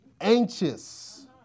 anxious